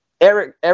Eric